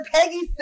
Peggy